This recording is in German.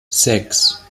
sechs